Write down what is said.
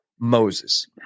Moses